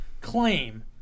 claim